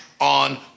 on